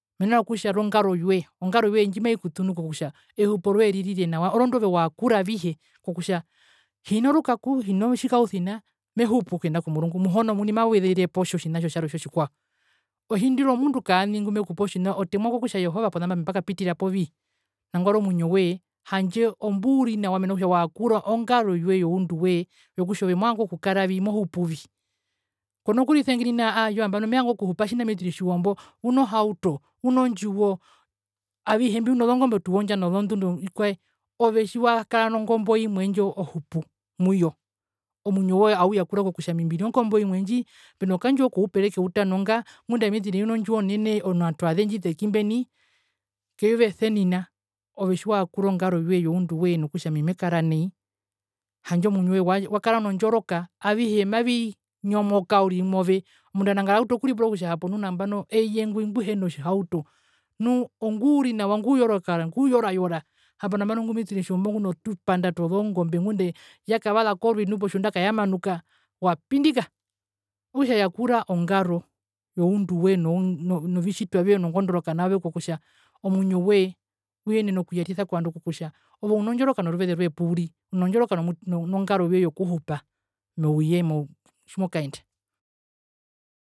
. Mena rokutja rongaro yoye, ongaro yoye ondjimaikutunu kokutja ehupo roye ririre nawa orondu ove wayakura avihe kokutja hinorukaku, hinotjikausina, mehupu okuyenda komurungu, muhona omuni mawezerepo otjina itjotjarwe tjo otjikwao. Ohindirwa omundu kaani ngumekupe otjina otemwa kutja jehova ponamba ami mbakapitira po vii. nangwari omuinjo woye handje ombuuri nawa mena rokutja wayakura ongaro yoye youndu wee yokutja ove movanga okukara vi mohupu vi, konokurisenginina aayo nambano mevanga okuhupa tjimuna mitiri tjijombo, una ohauto, una ondjiwo, avihe mbi una ozongombe otuwondja nozondu novikwae, ove tjiwakara nongombo imwe ndjo ohupu muyo, omuinjo woye auyakura kutja ami mbina ongombo imwe ndji, mbina okandjiwo koupereke utana nga, ngunda mitiri aena ondjiwo onene onatwaze ndjiteki mbeni, keyuva esenina ove tjiwayakura ongaro yoye youndu wee nokutja ami mekara nai, handje omuinjo woye wakara nondjoroka, avihe mavi njomoka uriri move, omundu autu okuripura kutja eye ngwi onguhena otjihauto nu onguri nawa onguyoroka, onguyorayora hapo nambano ingwi mitiri tjijombo nguna otupanda tozongombe ngunde yakavaza korui nu potjunda kayamanaka wapindika, okutja yakura ongaro youndu woye novitjitwa vyoye nongondoroka naove kokutja omuinjo woye uyenene okuyarisa kovandu kokutja ove una ondjoroka noruveze rwoye pu uri, una ondjoroka nongaro yoye yokuhupa mouye tjimokaenda.